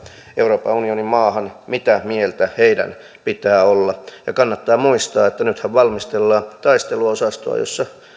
euroopan unionin maahan mitä mieltä heidän pitää olla ja kannattaa muistaa että nythän valmistellaan taisteluosastoa jossa